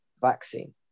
vaccine